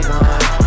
one